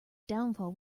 downfall